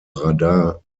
radar